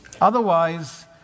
Otherwise